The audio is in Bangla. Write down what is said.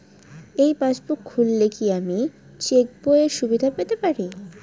এই পাসবুক খুললে কি আমি চেকবইয়ের সুবিধা পেতে পারি?